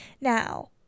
Now